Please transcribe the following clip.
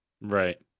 right